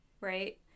right